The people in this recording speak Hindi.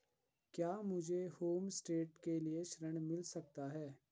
क्या मुझे होमस्टे के लिए ऋण मिल सकता है?